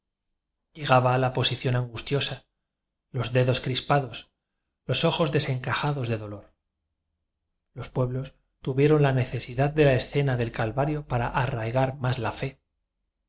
la posición angustiosa los dedos crispados los ojos desencajados de dolor los pueblos tu vieron la necesidad de la escena del calva rio para arraigar más la fe